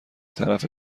طرف